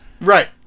Right